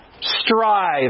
Strive